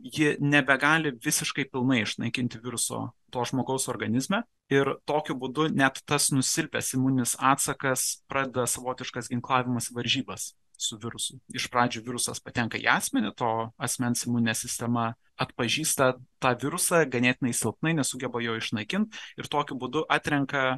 ji nebegali visiškai pilnai išnaikinti viruso to žmogaus organizme ir tokiu būdu net tas nusilpęs imuninis atsakas pradeda savotiškas ginklavimosi varžybas su virusu iš pradžių virusas patenka į asmenį to asmens imuninę sistema atpažįsta tą virusą ganėtinai silpnai nesugeba jo išnaikint ir tokiu būdu atrenka